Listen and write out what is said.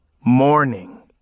Morning